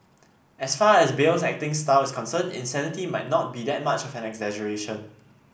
as far as Bale's acting style is concerned insanity might not be that much of an exaggeration